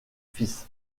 fils